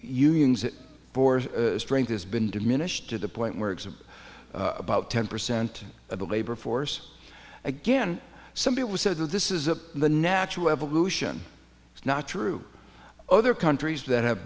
unions that bores strength has been diminished to the point where it's about ten percent of the labor force again some people said that this is a the natural evolution is not true other countries that have